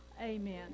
Amen